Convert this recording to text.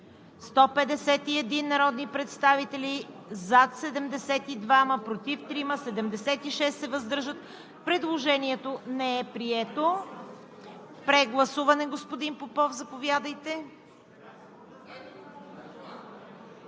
151 народни представители: за 72, против 3, въздържали се 76. Предложението не е прието. Прегласуване – господин Попов. Заповядайте.